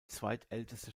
zweitälteste